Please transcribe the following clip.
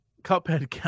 Cuphead